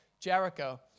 Jericho